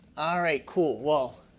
all right, cool. well,